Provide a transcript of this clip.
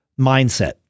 mindset